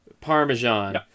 parmesan